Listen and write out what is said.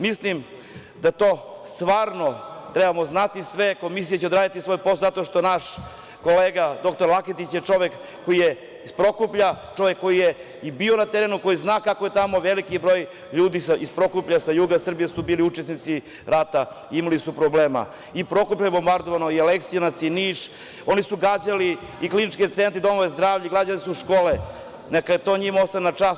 Mislim da to stvarno trebamo znati i sve komisije će odraditi svoj posao zato što naš kolega doktor Laketić je čovek koji je iz Prokuplja, čovek koji je i bio na terenu koji zna kako je tamo veliki broj ljudi iz Prokuplja, sa juga Srbije su bili učesnici rata i imali su problema i Prokuplje je bombardovano i Aleksinac i Niš, oni su gađali i kliničke centre i domove zdravlja i gađali su škole, neka to njima ostane na čast.